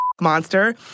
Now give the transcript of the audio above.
monster